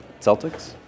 Celtics